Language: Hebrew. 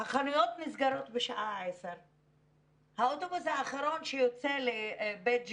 החנויות נסגרות בשעה 22:00. האוטובוס האחרון שיוצא לבית ג'אן,